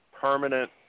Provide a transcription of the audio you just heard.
permanent